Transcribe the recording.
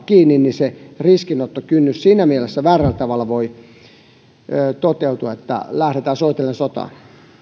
kiinni riskinottokynnys siinä mielessä väärällä tavalla voi toteutua että lähdetään soitellen sotaan